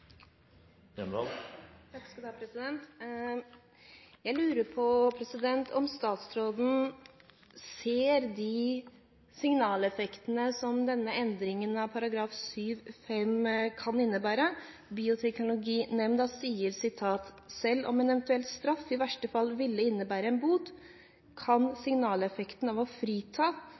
Jeg lurer på om statsråden ser de signaleffektene som denne endringen av § 7-5 kan innebære. Bioteknologinemnda sier: «Selv om en eventuell straff i verste fall ville innebære en bot, kan signaleffekten av å frita